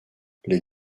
les